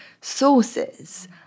sources